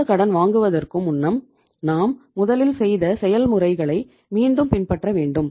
அடுத்த கடன் வாங்குவதற்கும் முன்னம் நாம் முதலில் செய்த செயல்முறைகளை மீண்டும் பின்பற்ற வேண்டும்